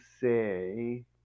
say